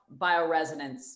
bioresonance